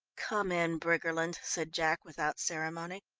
come in, briggerland, said jack, without ceremony.